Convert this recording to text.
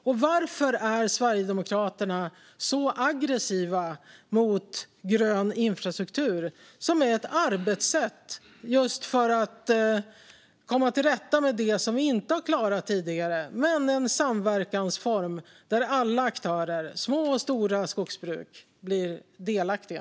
Och varför är Sverigedemokraterna så aggressiva mot grön infrastruktur, som är ett arbetssätt just för att komma till rätta med det som vi inte har klarat tidigare men som är en samverkansform där alla aktörer, små och stora skogsbruk, blir delaktiga?